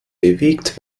bewegt